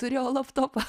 turėjau laptopą